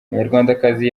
umunyarwandakazi